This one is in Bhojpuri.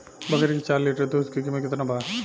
बकरी के चार लीटर दुध के किमत केतना बा?